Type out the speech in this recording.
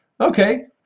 Okay